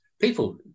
people